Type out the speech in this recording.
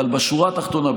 אבל בשורה התחתונה,